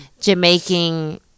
Jamaican